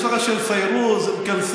אם יש לך של פיירוז, אום כולתום,